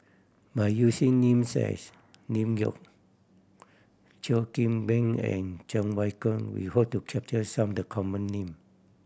by using names as Lim Geok Cheo Kim Ban and Cheng Wai Keung we hope to capture some the common name